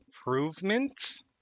improvements